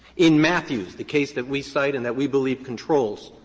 in matthews, the case that we cite and that we believe controls,